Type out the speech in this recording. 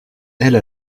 elle